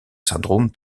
syndrome